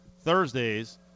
Thursdays